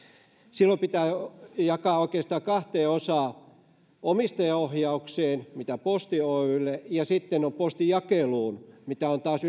silloin ne pitää jakaa oikeastaan kahteen osaan omistajaohjaukseen mitä tulee posti oyhyn se kuuluu omistajaohjausministeri paaterolle ja sitten postinjakeluun mikä on taas